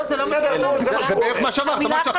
זה בערך מה שאמרת.